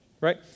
right